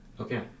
Okay